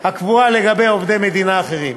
הקבועה לגבי עובדי מדינה אחרים.